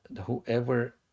whoever